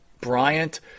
Bryant